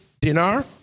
Dinar